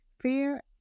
fear